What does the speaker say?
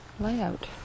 layout